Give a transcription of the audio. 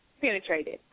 penetrated